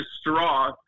straw